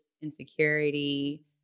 insecurity